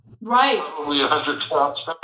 Right